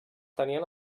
tenien